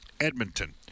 Edmonton